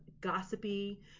gossipy